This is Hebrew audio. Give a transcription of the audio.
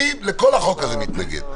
אני כתבתי את זה.